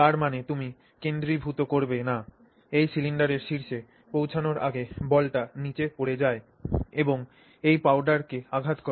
তার মানে তুমি কেন্দ্রীভূত করবে না এবং সিলিন্ডারের শীর্ষে পৌঁছানোর আগে বলটি নীচে পড়ে এবং পাউডারকে আঘাত করে